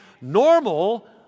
normal